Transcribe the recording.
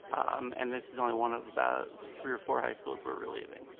and this is only one of about three or four high schools we're leaving,